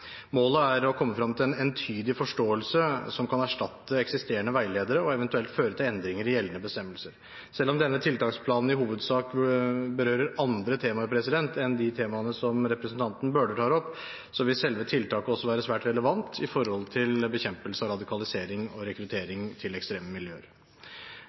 Målet er å komme frem til en entydig forståelse som kan erstatte eksisterende veiledere og eventuelt føre til endringer i gjeldende bestemmelser. Selv om denne tiltaksplanen i hovedsak berører andre temaer enn de temaene som representanten Bøhler tar opp, vil selve tiltaket også være svært relevant for bekjempelsen av radikalisering og rekrutteringen til ekstreme miljøer.